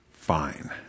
fine